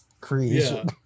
creation